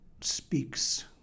speaks